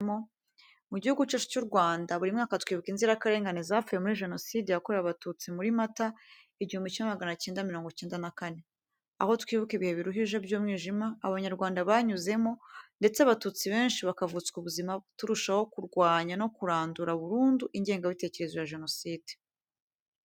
Mu gihugu cyacu cy'u Rwanda buri mwaka twibuka inzirakarengane zapfuye muri jenoside yakorewe abatutsi muri Mata 1994. Aho twibuka ibihe biruhije by'umwijima abanyarwanda banyuzemo ndetse abatutsi benshi bakavutswa ubuzima turushaho kurwanya no kurandura burundu ingengabitekerezo ya jenoside.